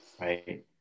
right